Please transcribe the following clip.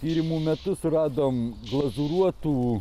tyrimų metu suradom glazūruotų